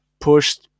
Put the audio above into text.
pushed